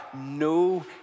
no